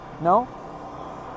No